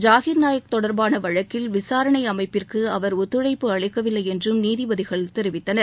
ஜாஹிர்நாயக் தொடர்பாள வழக்கில் விசாரணை அமைப்பிற்கு அவர் ஒத்துழைப்பு அளிக்கவில்லை என்றும் நீதிபதிகள் தெரிவித்தனர்